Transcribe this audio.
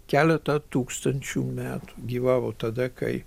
keletą tūkstančių metų gyvavo tada kai